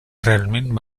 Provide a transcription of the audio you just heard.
realment